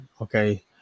okay